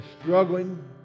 struggling